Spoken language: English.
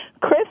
Chris